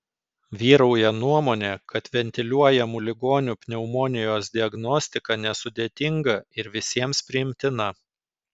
vyrauja nuomonė kad ventiliuojamų ligonių pneumonijos diagnostika nesudėtinga ir visiems priimtina